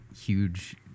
huge